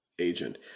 agent